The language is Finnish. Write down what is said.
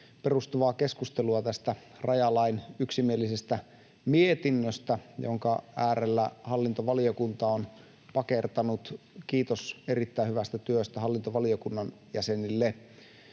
perustuvaa keskustelua — tästä rajalain yksimielisestä mietinnöstä, jonka äärellä hallintovaliokunta on pakertanut. Kiitos erittäin hyvästä työstä hallintovaliokunnan jäsenille.